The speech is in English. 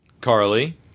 Carly